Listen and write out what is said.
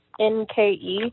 NKE